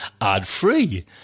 ad-free